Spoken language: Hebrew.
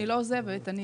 אני לא עוזבת ,